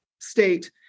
state